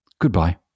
Goodbye